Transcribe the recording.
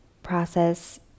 process